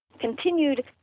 continued